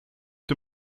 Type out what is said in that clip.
dir